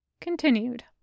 Continued